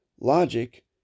logic